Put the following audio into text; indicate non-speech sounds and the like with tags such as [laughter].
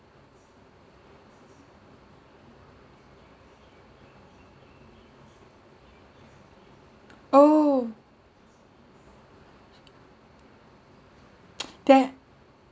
oh [noise] there